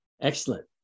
Excellent